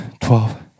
twelve